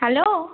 hello